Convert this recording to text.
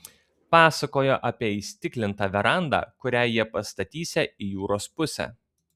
pasakojo apie įstiklintą verandą kurią jie pastatysią į jūros pusę